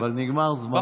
אבל נגמר זמנך.